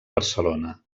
barcelona